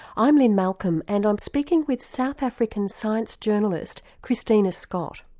i'm lynne malcolm and i'm speaking with south african science journalist christina scott.